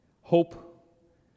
Hope